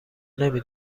نمی